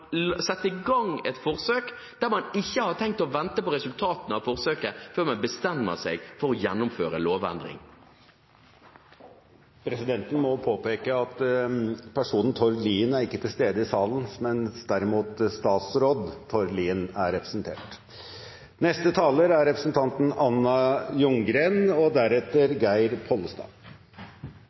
man sette i gang et forsøk der man ikke har tenkt å vente på resultatene av forsøket før man bestemmer seg for å gjennomføre lovendring? Presidenten må påpeke at personen Tord Lien ikke er til stede i salen, mens derimot statsråd Tord Lien er representert. Den rød-grønne regjeringen var opptatt av å føre en langsiktig, bærekraftig og